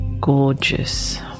gorgeous